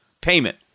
payment